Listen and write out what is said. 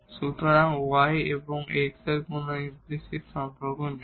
সুতরাং y এবং x এর কোন ইমপ্লিসিট সম্পর্ক নেই